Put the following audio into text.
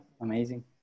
Amazing